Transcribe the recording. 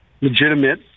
legitimate